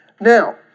Now